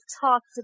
talked